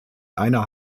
einer